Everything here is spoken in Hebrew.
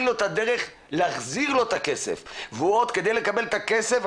לו את הדרך להחזיר לו את הכסף וכדי לקבל את הכסף,